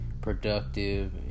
productive